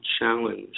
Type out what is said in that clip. challenge